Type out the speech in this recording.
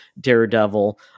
Daredevil